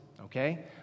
okay